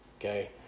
Okay